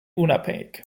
unabhängig